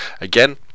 again